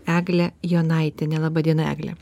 egle jonaitiene laba diena egle